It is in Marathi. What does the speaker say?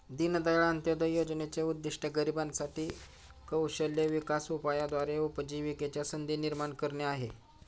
दीनदयाळ अंत्योदय योजनेचे उद्दिष्ट गरिबांसाठी साठी कौशल्य विकास उपायाद्वारे उपजीविकेच्या संधी निर्माण करणे आहे